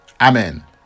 Amen